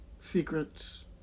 secrets